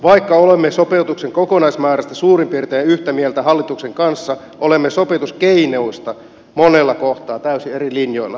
vaikka olemme sopeutuksen kokonaismäärästä suurin piirtein yhtä mieltä hallituksen kanssa olemme sopeutuskeinoista monella kohtaa täysin eri linjoilla